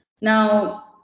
now